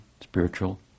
spiritual